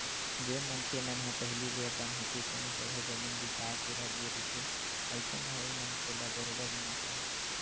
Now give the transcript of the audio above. जेन मनखे मन ह पहिली ले अपन होके कोनो जघा जमीन बिसा के रख दे रहिथे अइसन म ओ मनखे ल बरोबर मुनाफा होथे